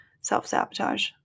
self-sabotage